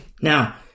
Now